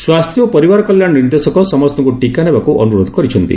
ସ୍ୱାସ୍ଥ୍ୟ ଓ ପରିବାର କଲ୍ୟାଶ ନିର୍ଦ୍ଦେଶକ ସମସ୍ତଙ୍କୁ ଟିକା ନେବାକୁ ଅନୁରୋଧ କରିଛନ୍ତି